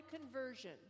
conversion